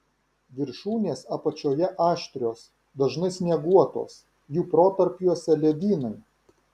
viršūnės apačioje aštrios dažnai snieguotos jų protarpiuose ledynai